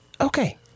Okay